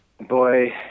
Boy